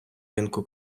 ринку